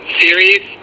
series